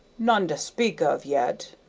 none to speak of yet,